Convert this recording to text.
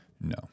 No